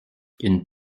une